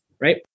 right